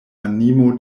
animo